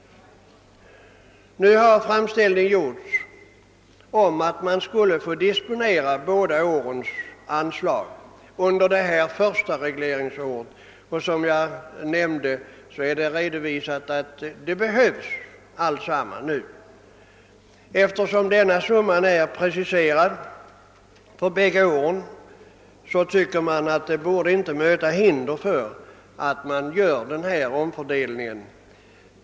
Nu har framställning gjorts om att få disponera båda årens anslag under det första regleringsåret. Som jag nämnt har också behov av detta redovisats. Eftersom beloppen är preciserade för båda budgetåren borde det inte föreligga något hinder för att genomföra denna omfördelning.